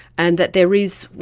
and that there is, you